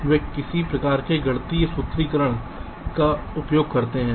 वे किसी प्रकार के गणितीय सूत्रीकरण का उपयोग करते हैं